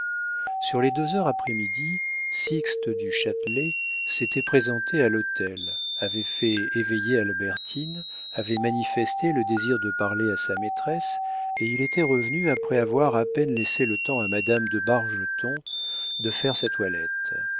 sur les deux heures après midi sixte du châtelet s'était présenté à l'hôtel avait fait éveiller albertine avait manifesté le désir de parler à sa maîtresse et il était revenu après avoir à peine laissé le temps à madame de bargeton de faire sa toilette